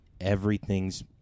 Everything's